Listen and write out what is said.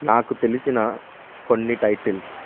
నాకు తెలిసిన కొన్ని టైటిల్స్